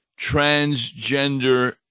transgender